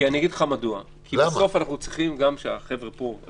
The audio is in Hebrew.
כי בסוף אנחנו צריכים גם שנציגי